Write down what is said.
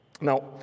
Now